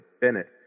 Bennett